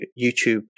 YouTube